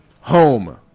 home